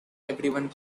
everyone